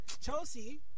Chelsea